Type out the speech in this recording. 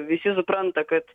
visi supranta kad